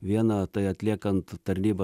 viena tai atliekant tarnybą